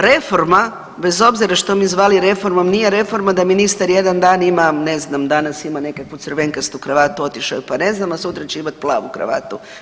Reforma bez obzira što je mi zvali reformom nije reforma da ministar jedan dan ima ne znam danas ima nekakvu crvenkastu kravatu, otišao je pa ne znam, a sutra će imat plavu kravatu.